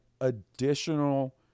additional